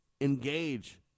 engage